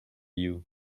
you